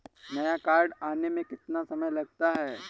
नया कार्ड आने में कितना समय लगता है?